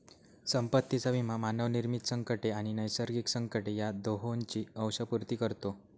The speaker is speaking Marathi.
संपत्तीचा विमा मानवनिर्मित संकटे आणि नैसर्गिक संकटे या दोहोंची अंशपूर्ती करतो